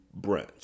brunch